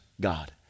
God